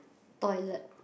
toilet